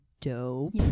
dope